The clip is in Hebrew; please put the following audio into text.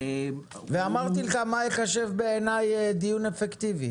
ואמרתי לך מה ייחשב בעיני דיון אפקטיבי.